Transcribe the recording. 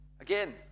Again